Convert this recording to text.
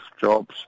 jobs